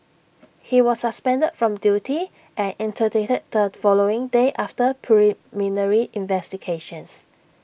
he was suspended from duty and interdicted the following day after preliminary investigations